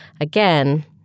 again